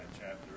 chapter